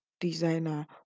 designer